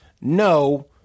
no